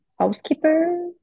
Housekeeper